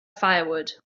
firewood